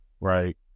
Right